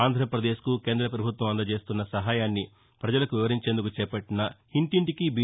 ఆంధ్రప్రదేశ్కు కేంద ప్రభుత్వం అందజేస్తున్న సహాయాన్ని ప్రజలకు వివరించేందుకు చేపట్టిన ఇంటింటికి బి